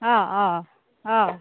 অঁ অঁ অঁ